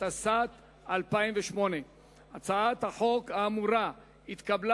התשס"ט 2008. הצעת החוק האמורה התקבלה